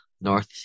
North